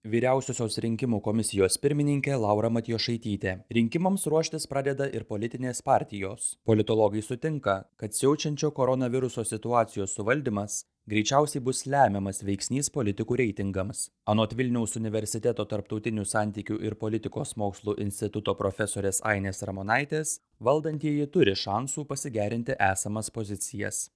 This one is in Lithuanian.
vyriausiosios rinkimų komisijos pirmininkė laura matjošaitytė rinkimams ruoštis pradeda ir politinės partijos politologai sutinka kad siaučiančio koronaviruso situacijos suvaldymas greičiausiai bus lemiamas veiksnys politikų reitingams anot vilniaus universiteto tarptautinių santykių ir politikos mokslų instituto profesorės ainės ramonaitės valdantieji turi šansų pasigerinti esamas pozicijas